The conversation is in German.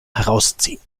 herausziehen